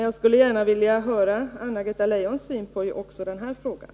Jag skulle gärna vilja höra Anna-Greta Leijon förklara hur hon ser också på den saken.